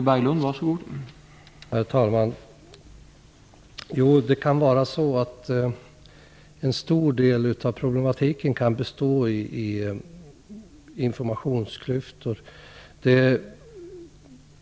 Herr talman! En stor del av problematiken kan bestå i informationsklyftor.